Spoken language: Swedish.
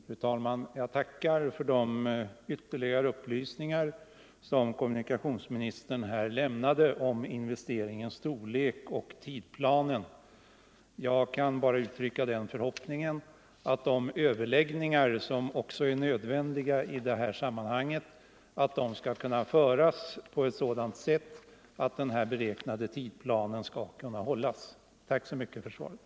Fru talman! Jag tackar för de ytterligare upplysningar som kommunikationsministern här lämnade om investeringens storlek och tidplanen. Jag kan bara uttrycka den förhoppningen att de överläggningar som också är nödvändiga i detta sammanhang skall kunna föras på ett sådant sätt att den beräknade tidplanen kan hållas. Tack så mycket för svaret!